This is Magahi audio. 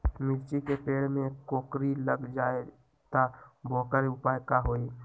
मिर्ची के पेड़ में कोकरी लग जाये त वोकर उपाय का होई?